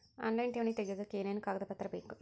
Online ಠೇವಣಿ ತೆಗಿಯೋದಕ್ಕೆ ಏನೇನು ಕಾಗದಪತ್ರ ಬೇಕು?